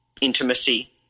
intimacy